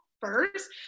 first